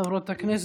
חברות הכנסת,